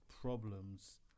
Problems